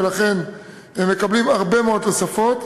ולכן הם מקבלים הרבה מאוד תוספות.